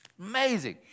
amazing